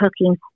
cooking